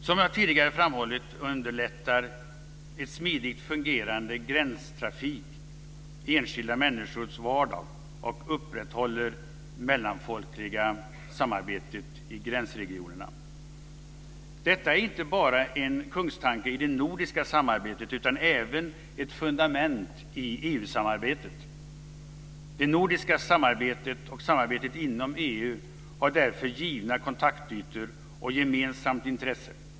Som jag tidigare framhållit underlättar en smidigt fungerande gränstrafik enskilda människors vardag och upprätthåller mellanfolkligt samarbete i gränsregionerna. Detta är inte bara en kungstanke i det nordiska samarbetet utan även ett fundament i EU samarbetet. Det nordiska samarbetet och samarbetet inom EU har därför givna kontaktytor och gemensamma intressen.